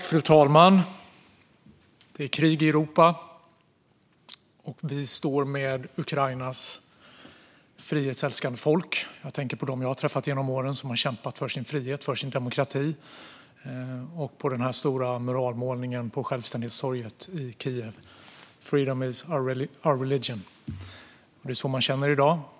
Fru talman! Det är krig i Europa. Vi står med Ukrainas frihetsälskande folk. Jag tänker på dem som jag har träffat genom åren som har kämpat för sin frihet och för sin demokrati, och jag tänker på den stora muralmålningen på Självständighetstorget: Freedom is our religion. Det är så man känner i dag.